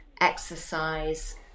exercise